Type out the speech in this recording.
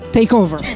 Takeover